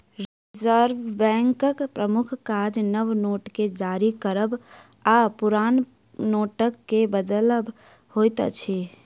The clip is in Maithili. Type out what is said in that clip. रिजर्व बैंकक प्रमुख काज नव नोट के जारी करब आ पुरान नोटके बदलब होइत अछि